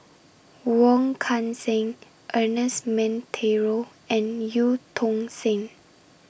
Wong Kan Seng Ernest Monteiro and EU Tong Sen